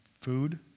Food